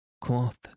Quoth